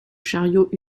chariot